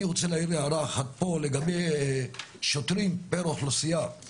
אני רוצה להעיר הערה אחת פה לגבי שוטרים פר אוכלוסייה.